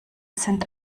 sind